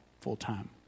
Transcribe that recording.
full-time